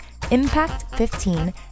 IMPACT15